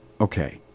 okay